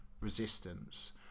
resistance